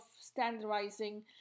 standardizing